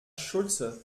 schulze